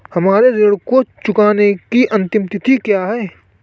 मेरे ऋण को चुकाने की अंतिम तिथि क्या है?